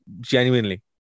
genuinely